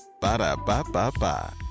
Ba-da-ba-ba-ba